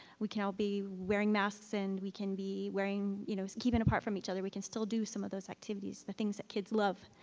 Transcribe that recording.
we can all be wearing masks and we can be wearing, you know, keeping apart from each other. we can still do some of those activities. the things that kids love,